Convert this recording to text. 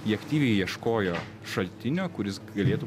jie aktyviai ieškojo šaltinio kuris galėtų